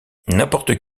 n’importe